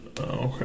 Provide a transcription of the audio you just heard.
Okay